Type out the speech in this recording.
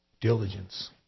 diligence